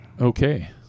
Okay